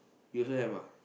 you also have ah